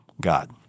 God